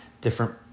different